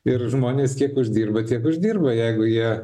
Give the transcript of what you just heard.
ir žmonės kiek uždirba tiek uždirba jeigu jie